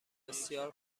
بسیار